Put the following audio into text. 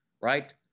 right